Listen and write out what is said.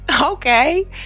okay